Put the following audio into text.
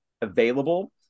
available